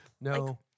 No